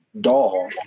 doll